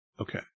Okay